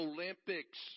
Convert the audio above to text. Olympics